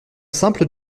simple